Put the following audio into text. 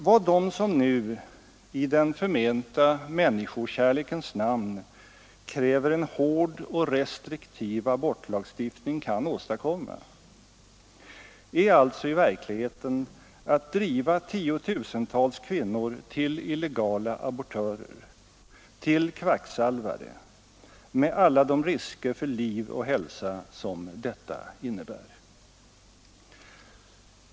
Vad de som nu i den förmenta människokärlekens namn kräver en hård och restriktiv abortlagstiftning kan åstadkomma är alltså i verkligheten att driva tiotusentals kvinnor till illegala abortörer, till kvacksalvare med alla de risker för liv och hälsa som detta innebär.